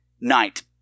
night